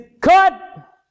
cut